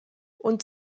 und